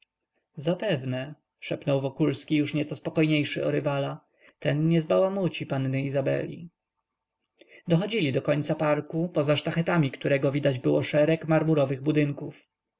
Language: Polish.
szepnął wokulski już nieco spokojniejszy o rywala ten nie zbałamuci panny izabeli dochodzili do końca parku poza sztachetami którego widać było szereg murowanych budynków